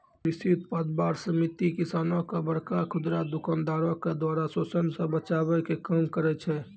कृषि उत्पाद बार समिति किसानो के बड़का खुदरा दुकानदारो के द्वारा शोषन से बचाबै के काम करै छै